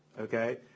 okay